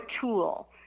tool